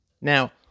Now